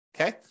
okay